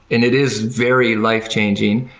and it is very life changing.